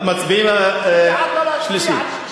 אני בעד לא להצביע על שלישית.